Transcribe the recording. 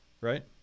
right